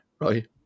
right